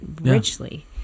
richly